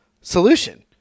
solution